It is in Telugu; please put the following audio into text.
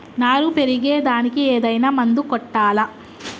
నారు పెరిగే దానికి ఏదైనా మందు కొట్టాలా?